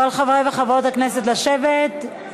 כל חברי וחברות הכנסת, לשבת.